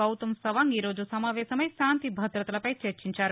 గౌతమ్ సవాంగ్ ఈ రోజు సమావేశమై శాంతి భదతలపై చర్చించారు